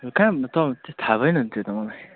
त्यो काम त थाह भएन नि त्यो त मलाई